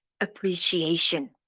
appreciation